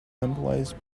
symbolized